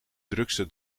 drukste